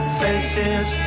faces